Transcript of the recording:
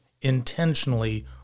intentionally